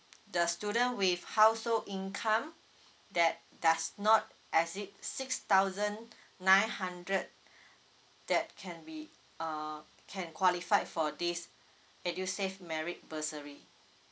the student with household income that does not exceed six thousand nine hundred that can be uh can qualified for this edusave merit bursary